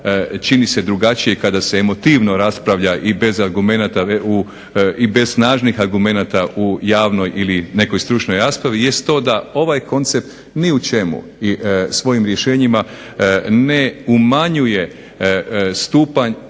čini se drugačije kada se emotivno raspravlja i bez argumenata i bez snažnih argumenata u javnoj ili nekoj stručnoj raspravi jest to da ovaj koncept ni u čemu svojim rješenjima ne umanjuje stupanj